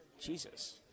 jesus